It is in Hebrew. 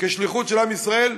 כשליחות של עם ישראל,